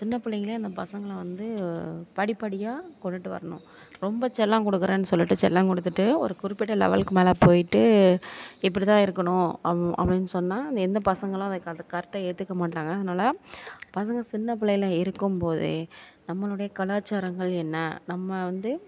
சின்ன பிள்ளைங்களே அந்த பசங்களை வந்து படிப்படியாக கொண்டுகிட்டு வரணும் ரொம்ப செல்லம் கொடுக்குறேனு சொல்லிவிட்டு செல்லம் கொடுத்துட்டு ஒரு குறிப்பிட்ட லெவலுக்கு மேலே போய்ட்டு இப்படிதான் இருக்கணும் அப் அப்படினு சொன்னால் எந்த பசங்களும் அதை க அதை கரெக்டாக ஏற்றுக்க மாட்டாங்க அதனால பசங்க சின்ன பிள்ளையில் இருக்கும்போதே நம்மளுடைய கலாச்சாரங்கள் என்ன நம்ம வந்து